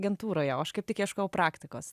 agentūroje o aš kaip tik ieškojau praktikos